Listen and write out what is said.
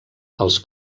els